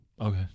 Okay